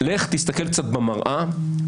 לך תסתכל קצת במראה,